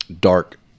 dark